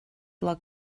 log